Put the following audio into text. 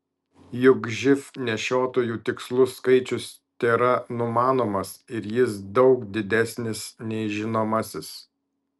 juk živ nešiotojų tikslus skaičius tėra numanomas ir jis daug didesnis nei žinomasis